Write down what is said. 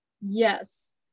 Yes